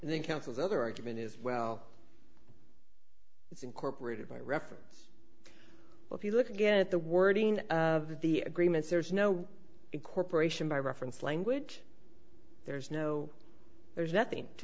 then counsel's other argument is well it's incorporated by reference if you look at the wording of the agreements there's no incorporation by reference language there's no there's nothing to